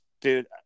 dude